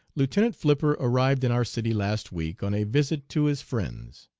lieutenant flipper arrived in our city last week on a visit to his friends.